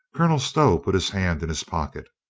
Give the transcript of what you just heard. colonel stow put his hand in his pocket.